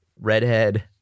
redhead